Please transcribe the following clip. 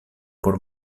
por